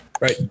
right